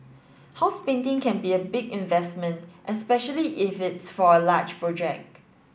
house painting can be a big investment especially if it's for a large project